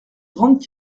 grandes